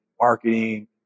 marketing